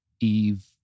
Eve